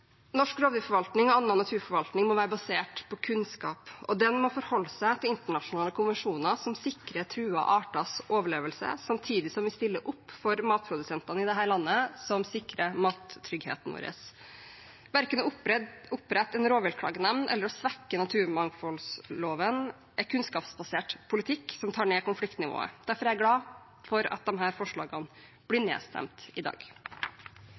Norsk rovdyrforvaltning og annen naturforvaltning må være basert på kunnskap, og den må forholde seg til internasjonale konvensjoner som sikrer truede arters overlevelse, samtidig som vi stiller opp for matprodusentene i dette landet, som sikrer mattryggheten vår. Verken å opprette en rovviltklagenemnd eller å svekke naturmangfoldloven er kunnskapsbasert politikk som tar ned konfliktnivået. Derfor er jeg glad for at disse forslagene blir nedstemt i dag.